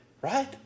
right